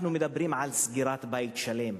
אנחנו מדברים על סגירת בית שלם.